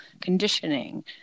conditioning